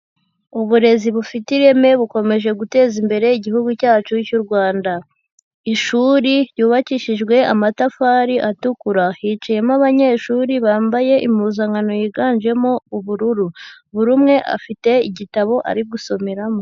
Uburezi bufite ireme bukomeje guteza imbere igihugu cyacu cy'u Rwanda, ishuri ryubakishijwe amatafari atukura, hicayemo abanyeshuri bambaye impuzankano yiganjemo ubururu, buri umwe afite igitabo ari gusomeramo.